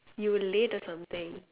you were late or something